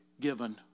given